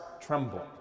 tremble